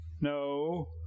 No